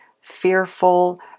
fearful